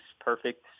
perfect